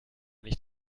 nicht